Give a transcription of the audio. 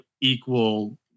equal